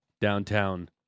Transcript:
downtown